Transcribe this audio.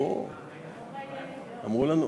גברתי היושבת-ראש,